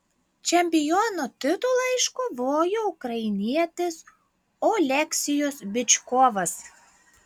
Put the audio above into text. čempiono titulą iškovojo ukrainietis oleksijus byčkovas